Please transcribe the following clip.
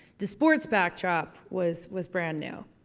the sports backdrop was was brand new.